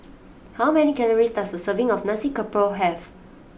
how many calories does a serving of Nasi Campur have